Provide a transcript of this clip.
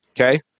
Okay